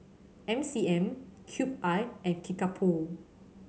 M C M Cube I and Kickapoo